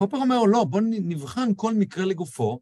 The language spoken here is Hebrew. פופר אומר לא, בוא נבחן כל מקרה לגופו